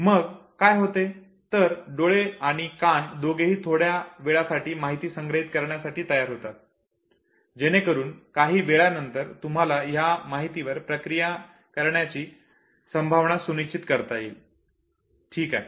मग काय होते तर डोळे आणि कान दोघेही आता थोड्या वेळासाठी माहिती संग्रहित करण्यासाठी तयार होतात जेणेकरून काही वेळानंतर तुम्हाला ह्या माहितीवर प्रक्रिया करण्याची संभावना सुनिश्चित करता येईल ठिक आहे